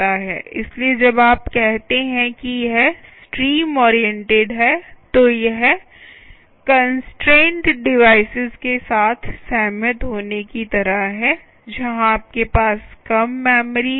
इसलिए जब आप कहते हैं कि यह स्ट्रीम ओरिएंटेड है तो यह कन्स्ट्रैनड डिवाईसेज़ के साथ सहमत होने की तरह है जहां आपके पास कम मेमोरी है